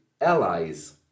allies